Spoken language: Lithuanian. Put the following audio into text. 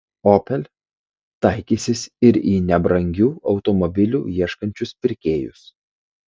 opel taikysis ir į nebrangių automobilių ieškančius pirkėjus